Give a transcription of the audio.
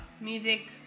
music